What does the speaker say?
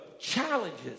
challenges